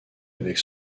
avec